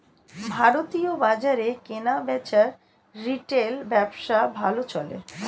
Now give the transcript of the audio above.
ভারতীয় বাজারে কেনাবেচার রিটেল ব্যবসা ভালো চলে